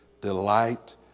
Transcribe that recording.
delight